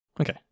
Okay